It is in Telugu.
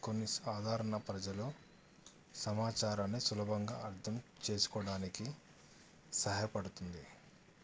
కొన్ని సాధారణ ప్రజలు సమాచారాన్ని సులభంగా అర్థం చేసుకోవడానికి సహాయపడుతుంది